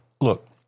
look